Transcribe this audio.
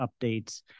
updates